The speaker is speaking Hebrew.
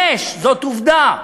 יש, זאת עובדה.